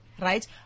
right